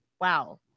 wow